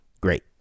great